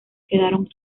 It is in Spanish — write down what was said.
quedaron